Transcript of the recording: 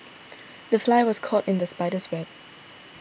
the fly was caught in the spider's web